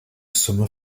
summer